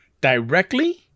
directly